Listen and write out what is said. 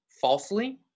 falsely